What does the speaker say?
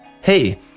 Hey